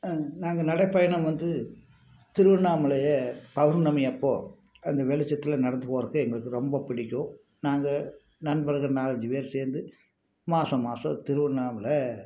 நாங்கள் நடை பயணம் வந்து திருவண்ணாமலை பௌர்ணமி அப்போது அந்த வெளிச்சத்தில் நடந்து போறதுக்கு எங்களுக்கு ரொம்ப பிடிக்கும் நாங்கள் நண்பர்கள் நாலஞ்சு பேர் சேர்ந்து மாதம் மாதம் திருவண்ணாமலை